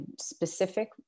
specific